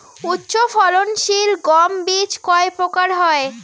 উচ্চ ফলন সিল গম বীজ কয় প্রকার হয়?